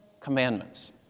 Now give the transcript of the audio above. Commandments